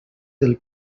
del